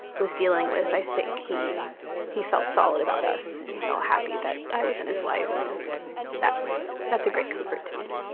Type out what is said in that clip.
was dealing with, i think he he felt solid about us and he felt happy that i was in his life and that's that's a great comfort to me.